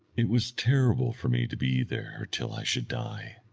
it was terrible for me to be there till i should die.